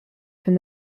from